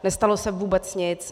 Nestalo se vůbec nic.